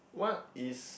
what is